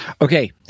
Okay